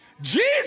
Jesus